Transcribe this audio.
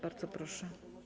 Bardzo proszę.